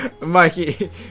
Mikey